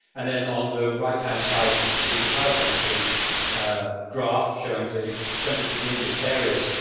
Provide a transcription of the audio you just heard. and then, on the righthand side, you can see the power density ah graph showing the percentage of windiest areas,